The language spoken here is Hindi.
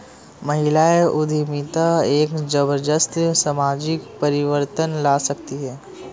महिला उद्यमिता एक जबरदस्त सामाजिक परिवर्तन ला सकती है